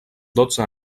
dotze